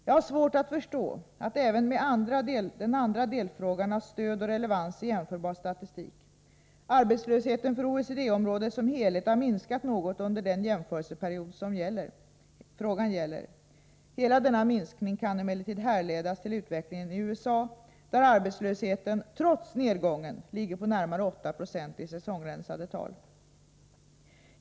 Jag har svårt att förstå att även den andra delfrågan har stöd och relevans i jämförbar statistik. Arbetslösheten för OECD-området som helhet har minskat något under den jämförelseperiod frågan gäller. Hela denna minskning kan emellertid härledas till utvecklingen i USA där arbetslösheten trots nedgången ligger på närmare 8 96 i säsongrensade tal.